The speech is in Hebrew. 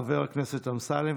חבר הכנסת אמסלם,